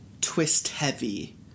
twist-heavy